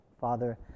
Father